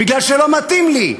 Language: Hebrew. בגלל שלא מתאים לי.